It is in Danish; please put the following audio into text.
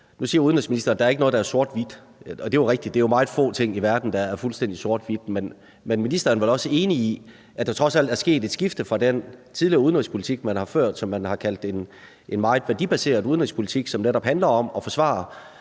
Nu siger udenrigsministeren, at der ikke er noget, der er sort-hvidt, og det er jo rigtigt, at det er meget få ting i verden, der er fuldstændig sort-hvide. Men ministeren er vel også enig i, at der trods alt er sket et skifte fra den udenrigspolitik, man tidligere har ført, og som man har kaldt en meget værdibaseret udenrigspolitik, som netop handler om at forsvare